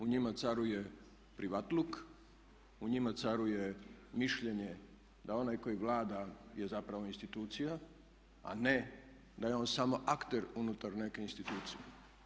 U njima caruje privatluk, u njima caruje mišljenje da onaj koji vlada je zapravo institucija a ne da je on samo akter unutar neke institucije.